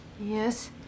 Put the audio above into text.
yes